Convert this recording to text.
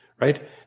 Right